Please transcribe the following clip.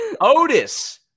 Otis